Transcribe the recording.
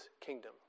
kingdom